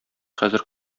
хәзер